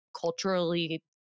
culturally